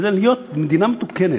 כדי להיות מדינה מתוקנת.